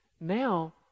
Now